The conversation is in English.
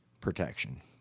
protection